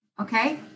okay